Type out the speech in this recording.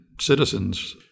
citizens